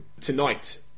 tonight